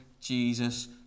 Jesus